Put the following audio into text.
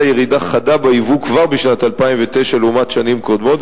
ירידה חדה ביבוא כבר בשנת 2009 לעומת שנים קודמות,